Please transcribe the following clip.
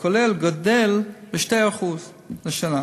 הכולל גדל ב-2% לשנה.